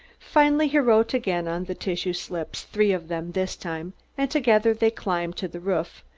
finally he wrote again on the tissue slips three of them this time and together they climbed to the roof,